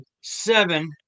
seven –